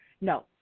No